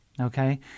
okay